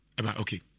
okay